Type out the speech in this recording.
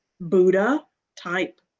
Buddha-type